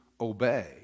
obey